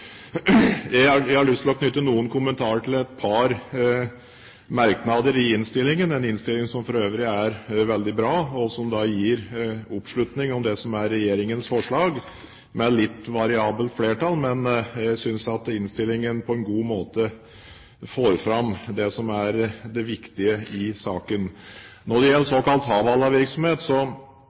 Jeg har lyst til å knytte noen kommentarer til et par merknader i innstillingen – en innstilling som for øvrig er veldig bra, og som gir oppslutning om det som er regjeringens forslag, med litt variabelt flertall. Jeg synes at innstillingen på en god måte får fram det som er det viktige i saken. Når det gjelder såkalt